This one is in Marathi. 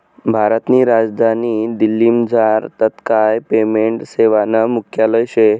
भारतनी राजधानी दिल्लीमझार तात्काय पेमेंट सेवानं मुख्यालय शे